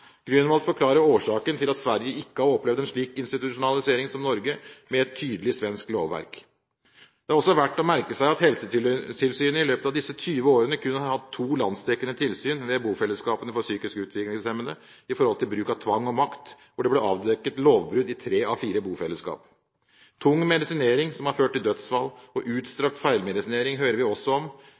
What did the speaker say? forklarer årsaken til at Sverige ikke har opplevd en slik institusjonalisering som Norge, med et tydelig svensk lovverk. Det er også verdt å merke seg at helsetilsynet i løpet av disse 20 årene kun har hatt to landsdekkende tilsyn ved bofellesskapene for psykisk utviklingshemmede i forhold til bruk av tvang og makt. Det ble avdekket lovbrudd i tre av fire bofellesskap. Tung medisinering, som har ført til dødsfall, og utstrakt feilmedisinering hører vi også om,